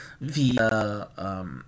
via